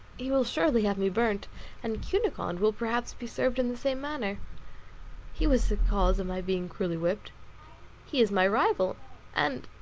he will surely have me burnt and cunegonde will perhaps be served in the same manner he was the cause of my being cruelly whipped he is my rival and,